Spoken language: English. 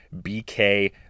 BK